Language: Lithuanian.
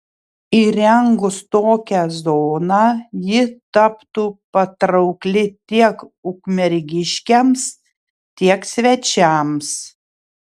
įrengus tokią zoną ji taptų patraukli tiek ukmergiškiams tiek svečiams